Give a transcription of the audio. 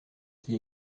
qui